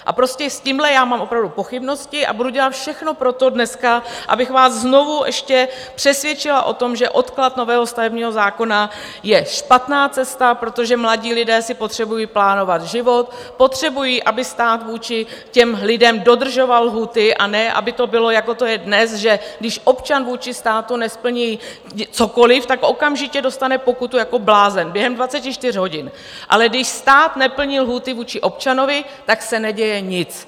S tímhle já mám opravdu pochybnosti a budu dělat všechno pro to dneska, abych vás znovu ještě přesvědčila o tom, že odklad nového stavebního zákona je špatná cesta, protože mladí lidé si potřebují plánovat život, potřebují, aby stát vůči lidem dodržoval lhůty, a ne aby to bylo, jako to je dnes, že když občan vůči státu nesplní cokoli, tak okamžitě dostane pokutu jako blázen během 24 hodin, ale když stát neplní lhůty vůči občanovi, tak se neděje nic.